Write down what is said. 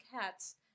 cats